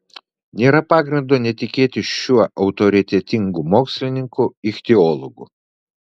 nėra pagrindo netikėti šiuo autoritetingu mokslininku ichtiologu